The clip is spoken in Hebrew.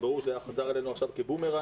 ברור שזה חוזר אלינו עכשיו כבומרנג.